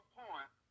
point